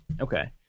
okay